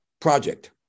project